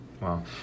Wow